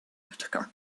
whitaker